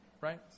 right